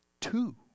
two